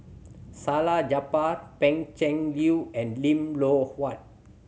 Salleh Japar Pan Cheng Lui and Lim Loh Huat